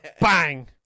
Bang